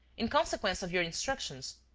in consequence of your instructions.